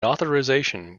authorization